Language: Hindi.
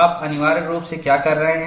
आप अनिवार्य रूप से क्या कर रहे हैं